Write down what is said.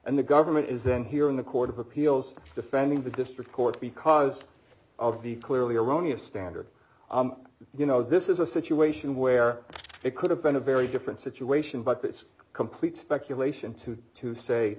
and the government is then here in the court of appeals defending the district court because of the clearly erroneous standard you know this is a situation where it could have been a very different situation but it's a complete speculation to to say